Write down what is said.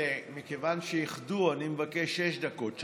מכיוון שאיחדו אני מבקש שש דקות,